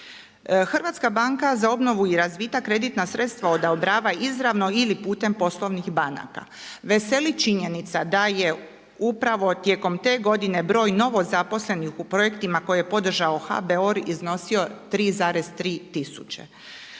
svega 18 za obrtna sredstva. HBOR kreditna sredstva odobrava izravno ili putem poslovnih banaka. Veseli činjenica da je upravo tijekom te godine broj novozaposlenih u projektima koje je podržao HBOR iznosio 3,3 tisuće.